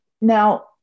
Now